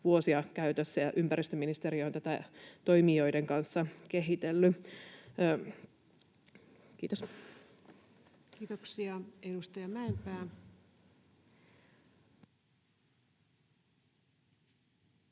vuosia käytössä, ja ympäristöministeriö on tätä toimijoiden kanssa kehitellyt. — Kiitos. [Speech